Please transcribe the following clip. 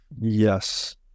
Yes